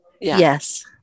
Yes